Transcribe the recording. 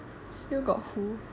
still got who